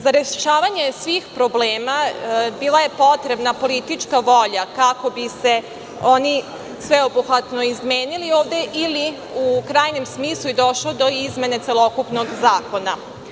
Za rešavanje svih problema bila je potrebna politička volja kako bi se oni sveobuhvatno izmenili ovde ili u krajnjem smislu i došlo do izmene celokupnog zakona.